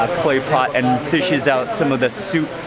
clay pot, and fishes out some of the soup,